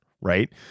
Right